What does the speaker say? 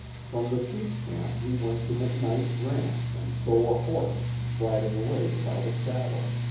from the sheep camp he went to mcknight's ranch and stole a horse, riding away without a saddle.